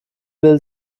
will